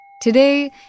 Today